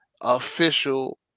official